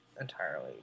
entirely